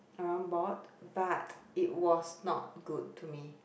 everyone bought but it was not good to me